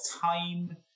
time